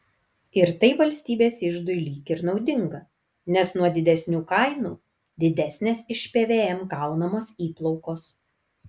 ir tai valstybės iždui lyg ir naudinga nes nuo didesnių kainų didesnės iš pvm gaunamos įplaukos